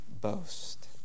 boast